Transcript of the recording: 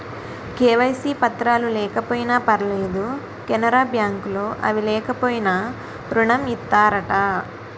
KYC పత్రాలు లేకపోయినా పర్లేదు కెనరా బ్యాంక్ లో అవి లేకపోయినా ఋణం ఇత్తారట